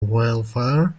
welfare